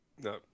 No